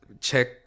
Check